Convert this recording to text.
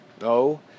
No